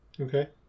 Okay